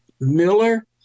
Miller